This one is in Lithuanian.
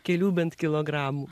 kelių bent kilogramų